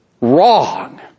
wrong